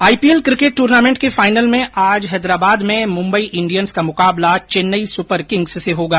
IPL cricket tournament के final में आज हैदराबाद में मुम्बई इंडियन्स का मुकाबला चेन्नई सुपर किंग्स से होगा